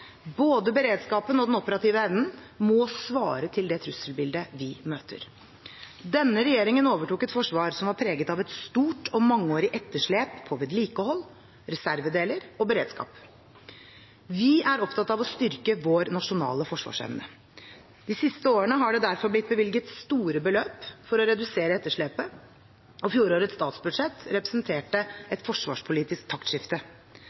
Både beredskapen og den operative evnen må svare til det trusselbildet vi møter. Denne regjeringen overtok et forsvar som var preget av et stort og mangeårig etterslep på vedlikehold, reservedeler og beredskap. Vi er opptatt av å styrke vår nasjonale forsvarsevne. De siste årene har det derfor blitt bevilget store beløp for å redusere etterslepet, og fjorårets statsbudsjett representerte et forsvarspolitisk taktskifte.